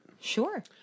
Sure